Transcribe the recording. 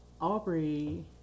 Aubrey